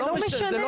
זה לא משנה אופיר.